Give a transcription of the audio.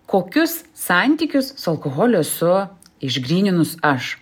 kokius santykius su alkoholiu esu išgryninus aš